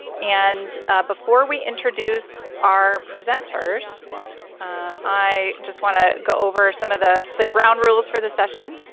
and before we introduce our presenters i just want to go over some of the so ground rules for the session,